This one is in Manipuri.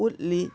ꯎꯠꯂꯤ